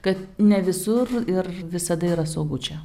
kad ne visur ir visada yra saugu čia